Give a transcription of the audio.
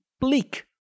bleak